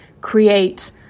create